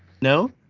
no